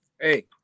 hey